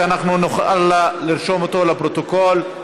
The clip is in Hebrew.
שאנחנו נוכל לרשום אותו לפרוטוקול.